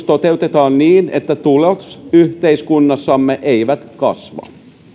toteutetaan niin että tuloerot yhteiskunnassamme eivät kasva